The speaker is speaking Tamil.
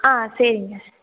ஆ சரிங்க